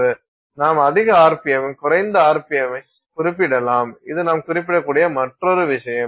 நாம் அதிக RPM குறைந்த RPM etc ஐக் குறிப்பிடலாம் இது நாம் குறிப்பிடக்கூடிய மற்றொரு விஷயம்